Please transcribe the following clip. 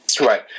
Right